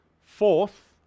Fourth